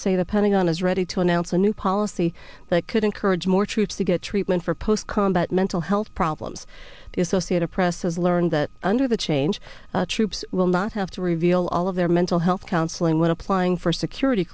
say the pentagon is ready to announce a new policy that could encourage more troops to get treatment for post combat mental health problems the associated press has learned that under the change troops will not have to reveal all of their mental health counseling when applying for security